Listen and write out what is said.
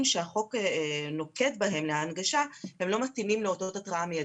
שהחוק נוקט בהם להנגשה לא מתאימים לאותות התרעה מידיים.